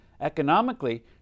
Economically